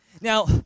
Now